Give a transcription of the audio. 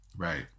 Right